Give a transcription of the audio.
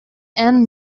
and